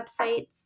websites